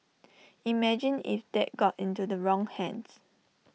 imagine if that got into the wrong hands